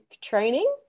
training